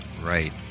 Right